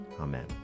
Amen